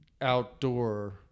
outdoor